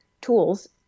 tools